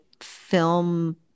film